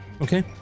Okay